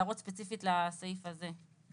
הערות ספציפית לסעיף הזה.